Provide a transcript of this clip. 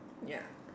ya